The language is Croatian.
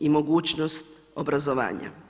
i mogućnost obrazovanja.